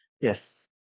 Yes